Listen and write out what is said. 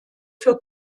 für